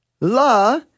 la